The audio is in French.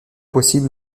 possible